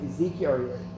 Ezekiel